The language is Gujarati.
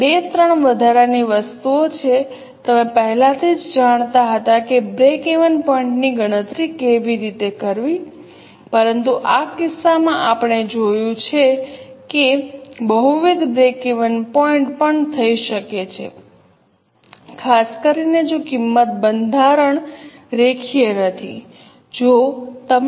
ત્યાં બે ત્રણ વધારાની વસ્તુઓ છે તમે પહેલાથી જ જાણતા હતા કે બ્રેકવેન પોઇન્ટ ની ગણતરી કેવી રીતે કરવી પરંતુ આ કિસ્સામાં આપણે જોયું છે કે બહુવિધ બ્રેકવેન પોઇન્ટ પણ થઈ શકે છે ખાસ કરીને જો કિંમત બંધારણ રેખીય નથી